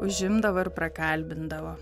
užimdavo ir prakalbindavo